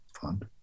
fund